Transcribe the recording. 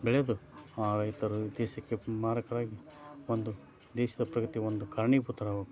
ಬೆಳೆಯೋದು ಆ ರೈತರು ದೇಶಕ್ಕೆ ಮಾರಕರಾಗಿ ಒಂದು ದೇಶದ ಪ್ರಗತಿಗೆ ಒಂದು ಕಾರಣೀಭೂತರಾಗಬೇಕು